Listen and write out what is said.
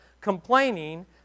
complaining